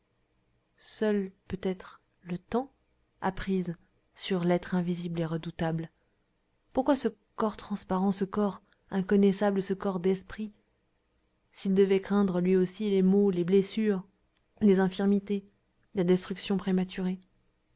seul peut-être le temps a prise sur l'être invisible et redoutable pourquoi ce corps transparent ce corps inconnaissable ce corps d'esprit s'il devait craindre lui aussi les maux les blessures les infirmités la destruction prématurée